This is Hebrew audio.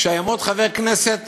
כשיעמוד חבר כנסת